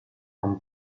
one